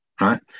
right